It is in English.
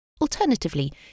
Alternatively